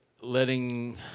letting